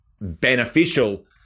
beneficial